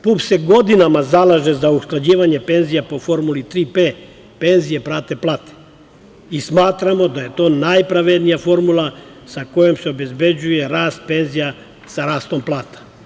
PUPS se godinama zalaže za usklađivanje penzija po formuli tri P – penzije prate plate i smatramo da je to najpravednija formula sa kojom se obezbeđuje rast penzija sa rastom plata.